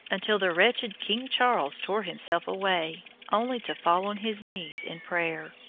until the wretched king charles tore himself away, only to fall on his knees in prayer.